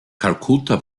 kalkutta